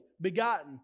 begotten